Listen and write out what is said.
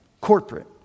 corporate